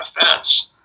offense